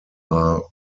are